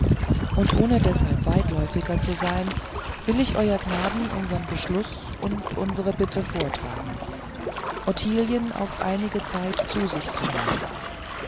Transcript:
und ohne deshalb weitläufiger zu sein will ich euer gnaden unsern beschluß und unsre bitte vortragen ottilien auf einige zeit zu sich zu nehmen